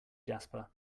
jasper